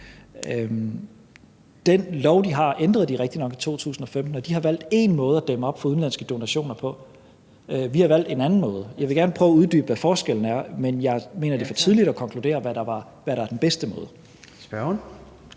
Den lov, de har, ændrede de rigtigt nok i 2015, og de har valgt én måde at dæmme op for udenlandske donationer på. Vi har valgt en anden måde. Jeg vil gerne prøve at uddybe, hvad forskellen er. Men jeg mener, det er for tidligt at konkludere, hvad der er den bedste måde. Kl.